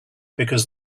because